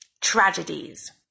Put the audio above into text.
tragedies